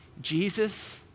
Jesus